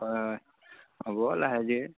হয় হয় হ'ব লাহে ধীৰে